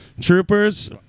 Troopers